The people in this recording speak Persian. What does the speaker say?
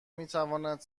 میتواند